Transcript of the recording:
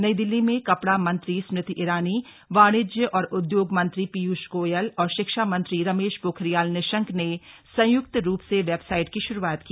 नई दिल्ली में कपड़ा मंत्री स्मृति ईरानी वाणिज्य और उद्योग मंत्री पीयूष गोयल और शिक्षामंत्री रमेश पोखरियाल निशंक ने संय्क्त रूप से वेबसाइट की श्रूआत की